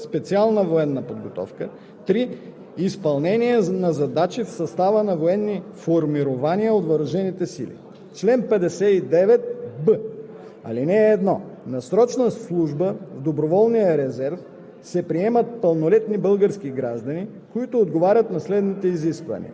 Срочната служба в доброволния резерв включва последователно преминаване на следните етапи: 1. начална военна подготовка; 2. специална военна подготовка; 3. изпълнение на задачи в състава на военни формирования от въоръжените сили. Чл. 59б.